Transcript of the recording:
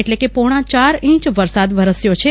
એટલે કે પોણા ચાર ઈંચ વરસાદ વરસ્યો છે